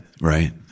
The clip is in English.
Right